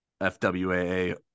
FWAA